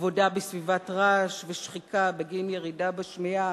עבודה בסביבת רעש ושחיקה בגין ירידה בשמיעה.